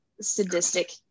sadistic